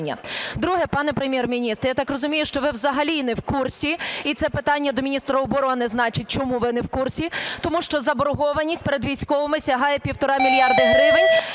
Друге. Пане Прем’єр-міністре, я так розумію, що ви взагалі не в курсі, і це питання до міністра оборони значить, чому ви не в курсі. Тому що заборгованість перед військовими сягає 1,5 мільярда гривень